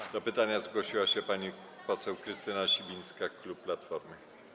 Do zadania pytania zgłosiła się pani poseł Krystyna Sibińska, klub Platformy.